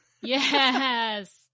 yes